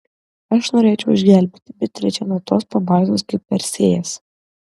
aš norėčiau išgelbėti beatričę nuo tos pabaisos kaip persėjas